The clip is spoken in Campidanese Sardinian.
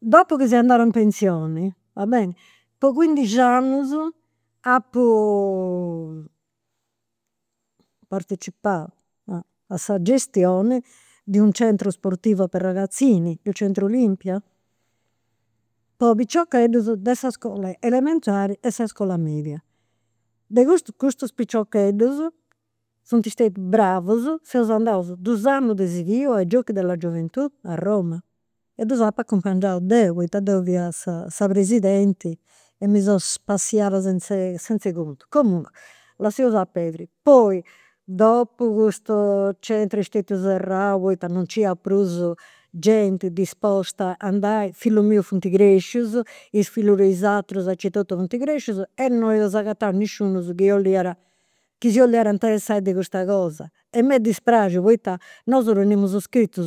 Dopu chi seu andada in pensioni, va bene, cuindixiannus apu partecipau a sa gestioni de u' centro sportivo per ragazzini, di un centro olimpia, po is piciocheddus de s'iscola elementari e s'iscola media. De custus, custus piciocheddus funt stetius bravus, seus andaus dus annus de sighiu a i giochi della gioventù a Roma, e ddus apu acumpangiaus deu, poita deu fia sa sa presidenti. E mi seu spassiada senz'e contu. Comunque, lasseus a perdi. Poi custu centru fiat stetiu serrau poita non nc'iat prus genti disposta a andai, fillus mius funt crescius, is fillus de is aterus aici e totu funt, e non eus agatau nisciunus chi 'oliat, chi si 'oliat interessai de custa cosa. E m'est dispraxiu poita nosuddus tenimus scritus